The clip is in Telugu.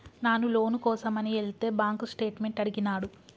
నాను లోను కోసమని ఎలితే బాంక్ స్టేట్మెంట్ అడిగినాడు